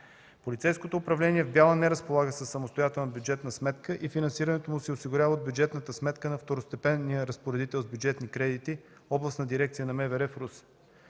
Полицейското управление в Бяла не разполага със самостоятелна бюджетна сметка и финансирането му се осигурява от бюджетната сметка на второстепенния разпоредител с бюджетни кредити – Областна дирекция на МВР в Русе.